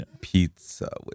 Pizza